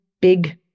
big